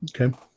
Okay